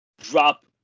drop